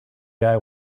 guy